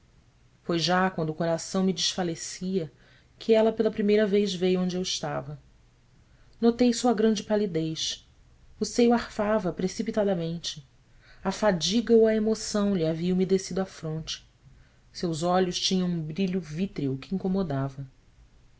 foi já quando o coração me desfalecia que ela pela primeira vez veio onde eu estava notei sua grande palidez o seio arfava precipitadamente a fadiga ou a emoção lhe havia umedecido a fronte seus olhos tinham um brilho vítreo que incomodava